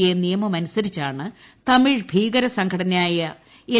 A നിയമമനുസരിച്ചാണ് തമിഴ് ഭ്രീകര്സംഘടനയായ L